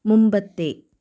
മുമ്പത്തെ